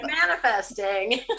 manifesting